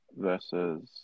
versus